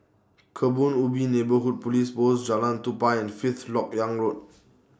Kebun Ubi Neighbourhood Police Post Jalan Tupai and Fifth Lok Yang Road